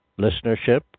listenership